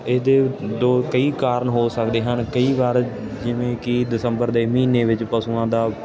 ਇਹਦੇ ਦੋ ਕਈ ਕਾਰਨ ਹੋ ਸਕਦੇ ਹਨ ਕਈ ਵਾਰ ਜਿਵੇਂ ਕਿ ਦਸੰਬਰ ਦੇ ਮਹੀਨੇ ਵਿੱਚ ਪਸ਼ੂਆਂ ਦਾ